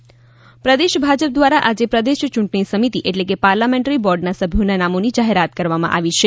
Bhajap parliament board પ્રદેશ ભાજપ દ્વાર આજે પ્રદેશ યૂંટણી સમિતિ એટલે કે પાર્લામેન્ટરી બોર્ડના સભ્યોના નામોની જાહેરાત કરવામાં આવી છે